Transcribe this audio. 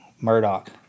Murdoch